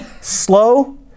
Slow